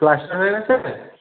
plaster হয়ে গিয়েছে